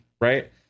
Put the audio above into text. right